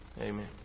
amen